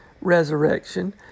resurrection